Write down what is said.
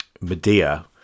Medea